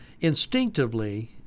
instinctively